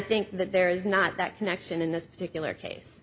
think that there is not that connection in this particular case